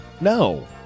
No